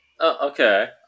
okay